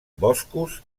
boscos